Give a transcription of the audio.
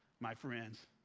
my friends.